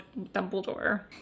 Dumbledore